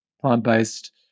plant-based